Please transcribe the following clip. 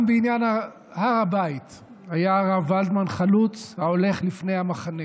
גם בעניין הר הבית היה הרב ולדמן חלוץ ההולך לפני המחנה.